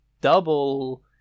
Double